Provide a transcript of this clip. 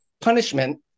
punishment